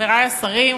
חברי השרים,